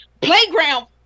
playground